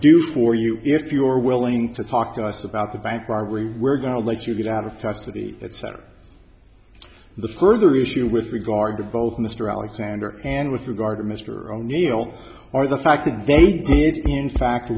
do for you if you're willing to talk to us about the bank robbery we're going to let you get out of touch with the etc the further issue with regard to both mr alexander and with regard to mr o'neill or the fact that they did in fact